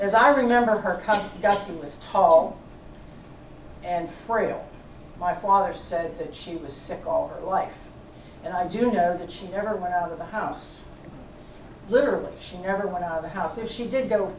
as i remember her come just in the hall and frail my father said that she was sick all her life and i do know that she never went out of the house literally she never went out of the house and she did go